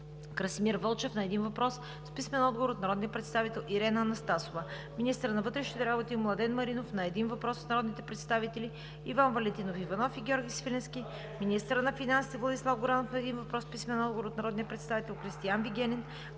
Красимир Вълчев на един въпрос с писмен отговор от народния представител Ирена Анастасова; - министърът на вътрешните работи Младен Маринов на един въпрос от народните представители Иван Валентинов Иванов и Георги Свиленски; - министърът на финансите Владислав Горанов на един въпрос с писмен отговор от народния представител Кристиан Вигенин.